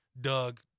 Doug